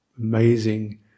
amazing